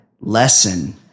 lesson